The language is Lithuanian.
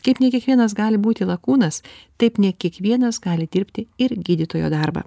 kaip ne kiekvienas gali būti lakūnas taip ne kiekvienas gali dirbti ir gydytojo darbą